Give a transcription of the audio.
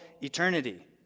eternity